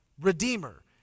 redeemer